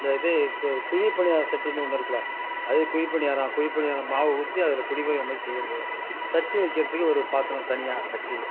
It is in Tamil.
இந்த இது குழி பணியாரம் சட்டினு ஒன்று இருக்குல அது குழி பணியாரம் குழி பணியாரம் மாவு ஊற்றி அதில் குழி பணியாரம் மாதிரி செய்கிறது சட்டி வைக்கிறதுக்கு ஒரு பாத்தரம் தனியாக சட்டி